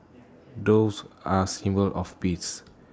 doves are symbol of peace